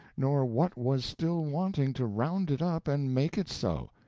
nor what was still wanting to round it up and make it so.